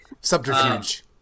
Subterfuge